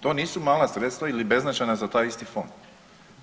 To nisu mala sredstva ili beznačajna za taj isti fond,